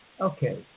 okay